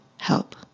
help